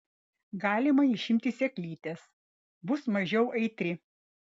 galima išimti sėklytes bus mažiau aitri